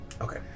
Okay